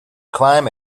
climb